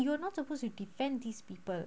you are not suppose you defend these people